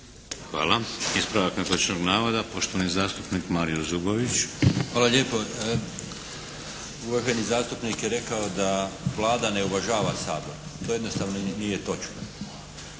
Hvala. Ispravak netočnog navoda, poštovani zastupnik Mario Zubović. **Zubović, Mario (HDZ)** Hvala lijepo. Uvaženi zastupnik je rekao da Vlada ne uvažava Sabor. To jednostavno nije točno.